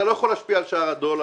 אתה לא יכול להשפיע על שער הדולר,